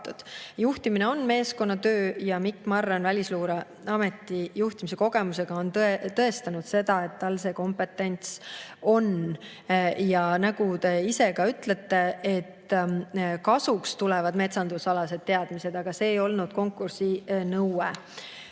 Juhtimine on meeskonnatöö ja Mikk Marran on Välisluureameti juhtimise kogemusega tõestanud seda, et tal see kompetents on. Ja nagu te ise ütlete, kasuks tulevad metsandusalased teadmised, aga see ei olnud konkursi nõue.